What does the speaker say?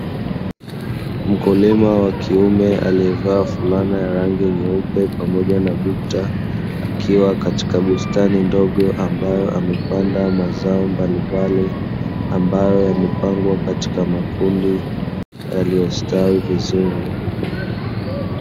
Mkulima wa kiume aliyevaa fulana ya rangi nyeupe pamoja na bukta, akiwa katika bustani ndogo ambayo amepanda mazao mbalimbali ambayo yamepangwa katika makundi yaliyostawi vizuri.